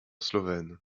slovène